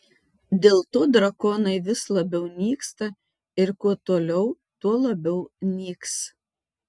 dėl to drakonai vis labiau nyksta ir kuo toliau tuo labiau nyks